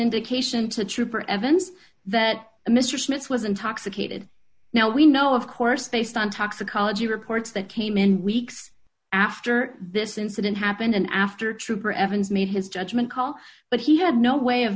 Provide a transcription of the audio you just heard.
indication to trooper evans that mister smith was intoxicated now we know of course they stand toxicology reports that came in weeks after this incident happened and after trooper evans made his judgment call but he had no way of